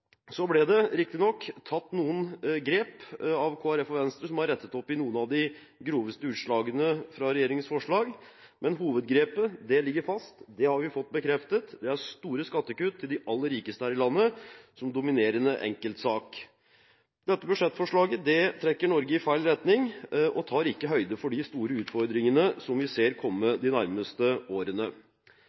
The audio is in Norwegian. Så ble det riktignok tatt noen grep av Kristelig Folkeparti og Venstre som har rettet opp i noen av de groveste utslagene i regjeringens forslag, men hovedgrepet ligger fast. Det har vi fått bekreftet. Det er store skattekutt til de aller rikeste her i landet, som dominerende enkeltsak. Dette budsjettforslaget trekker Norge i feil retning og tar ikke høyde for de store utfordringene som vi ser komme de nærmeste årene.